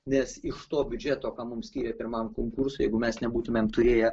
nes iš to biudžeto ką mums skyrė pirmam konkursui jeigu mes nebūtumėm turėję